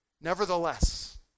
nevertheless